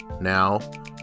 now